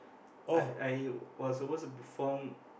I I was supposed to perform